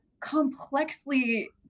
complexly